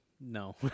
No